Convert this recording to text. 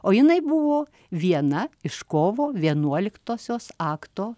o jinai buvo viena iš kovo vienuoliktosios akto